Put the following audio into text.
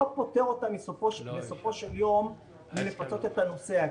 לא פוטר אותה בסופו של יום מלפצות את הנוסע.